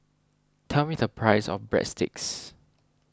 tell me the price of Breadsticks